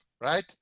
right